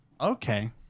Okay